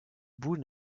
bout